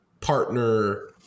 partner